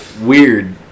weird